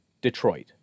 Detroit